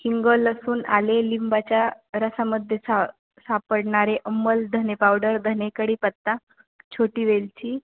हिंग लसूण आले लिंबाच्या रसामध्ये सा सापडणारे अंमल धने पावडर धने कडीपत्ता छोटी वेलची